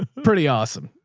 pretty awesome.